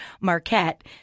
Marquette